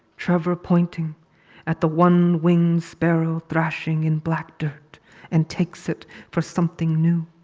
trevor pointing at the one-winged sparrow thrashing in black dirt and takes it for something new.